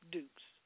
Dukes